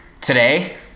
today